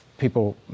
people